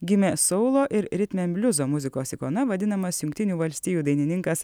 gimė soulo ir ritmenbliuzo muzikos ikona vadinamas jungtinių valstijų dainininkas